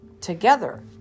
together